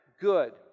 good